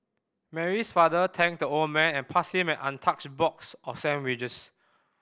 Mary's father thanked the old man and passed him an untouched box of sandwiches